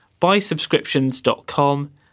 buysubscriptions.com